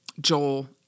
Joel